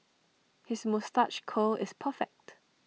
his moustache curl is perfect